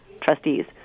trustees